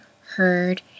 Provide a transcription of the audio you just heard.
heard